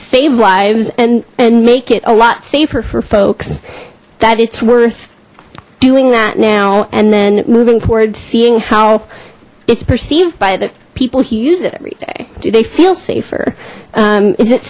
save lives and and make it a lot safer for folks that it's worth doing that now and then moving forward seeing how it's perceived by the people who use it every day do they feel safer is it